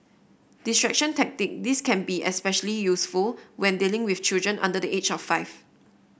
distraction tactic this can be especially useful when dealing with children under the age of five